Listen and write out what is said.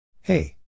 Hey